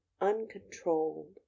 uncontrolled